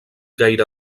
gaire